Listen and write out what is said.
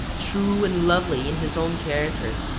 true and lovely in his own character,